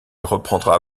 reprendra